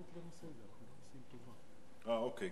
אוקיי,